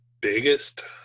biggest